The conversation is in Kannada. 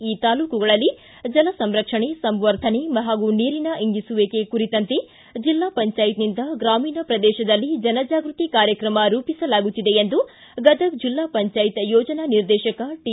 ಈ ತಾಲೂಕುಗಳಲ್ಲಿ ಜಲ ಸಂರಕ್ಷಣೆ ಸಂವರ್ಧನೆ ಹಾಗೂ ನೀರಿನ ಇಂಗಿಸುವಿಕೆ ಕುರಿತಂತೆ ಜಿಲ್ಲಾ ಪಂಜಾಯತ್ನಿಂದ ಗ್ರಾಮೀಣ ಪ್ರದೇಶದಲ್ಲಿ ಜನಜಾಗೃತಿ ಕಾರ್ಯತ್ರಮ ರೂಪಿಸಲಾಗುತ್ತಿದೆ ಎಂದು ಗದಗ್ ಜಿಲ್ಲಾ ಪಂಜಾಯತ್ ಯೋಜನಾ ನಿರ್ದೇಶಕ ಟಿ